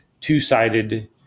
two-sided